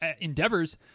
endeavors